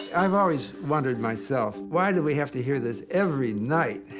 i've always wondered myself, why do we have to hear this every night,